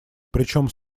причем